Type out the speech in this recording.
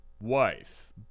wife